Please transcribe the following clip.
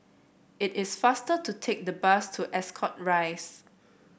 it is faster to take the bus to Ascot Rise